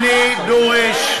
אני דורש,